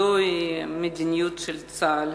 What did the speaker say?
זו המדיניות של צה"ל.